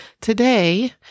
today